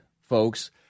folks